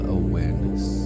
awareness